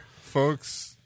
folks